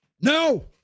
No